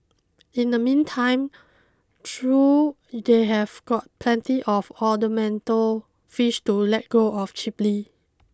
in the meantime through they have got plenty of ornamental fish to let go of cheaply